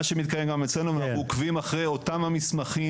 מה שמתקיים גם אצלנו ואנחנו עוקבים אחרי אותם המסמכים